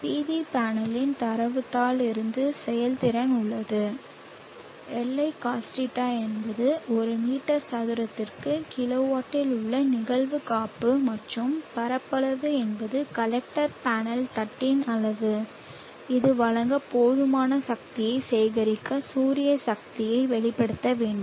PV பேனலின் தரவுத்தாள் இருந்து செயல்திறன் உள்ளது Li cos θ என்பது ஒரு மீட்டர் சதுரத்திற்கு கிலோவாட்டில் உள்ள நிகழ்வு காப்பு மற்றும் பரப்பளவு என்பது கலெக்டர் பேனல் தட்டின் அளவு இது வழங்க போதுமான சக்தியை சேகரிக்க சூரிய சக்தியை வெளிப்படுத்த வேண்டும்